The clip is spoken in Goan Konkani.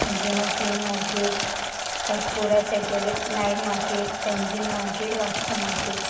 Anjuna flea market Arpora Saturday night market Panjim market Vasco market